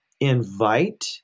invite